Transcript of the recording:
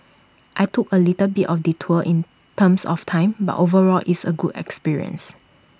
I took A little bit of detour in terms of time but overall it's A good experience